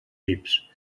jeeps